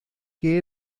que